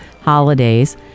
holidays